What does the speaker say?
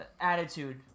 attitude